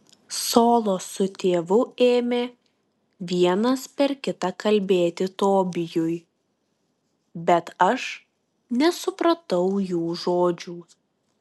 solo su tėvu ėmė vienas per kitą kalbėti tobijui bet aš nesupratau jų žodžių